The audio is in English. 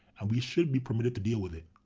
and we should be permitted to deal with it,